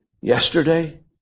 yesterday